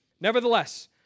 Nevertheless